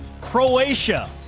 Croatia